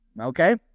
Okay